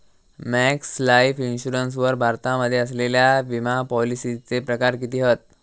Max Life insurance वर भारतामध्ये असलेल्या विमापॉलिसीचे प्रकार किती हत?